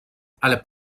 ale